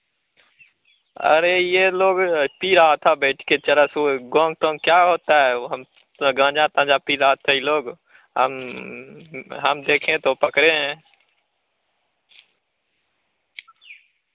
अरे यह लोग पी रहा था बैठ कर चरस वरस गोंग टोन क्या होता है वह हम तो गांजा पांजा पी रहा था यह लोग हम हम देखे तो पकड़े हैं